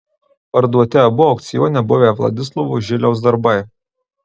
parduoti abu aukcione buvę vladislovo žiliaus darbai